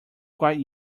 quite